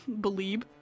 Believe